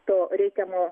to reikiamo